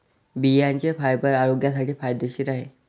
बियांचे फायबर आरोग्यासाठी फायदेशीर आहे